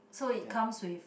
so it comes with